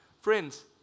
Friends